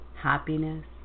happiness